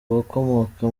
bakomoka